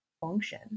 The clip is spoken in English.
function